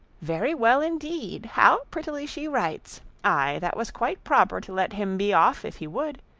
very well indeed how prettily she writes aye, that was quite proper to let him be off if he would.